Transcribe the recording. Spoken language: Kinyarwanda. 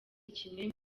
kimwe